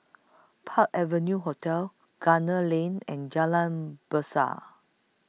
Park Avenue Hotel Gunner Lane and Jalan Besut